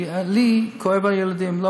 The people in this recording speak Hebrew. כי לי כואב על הילדים,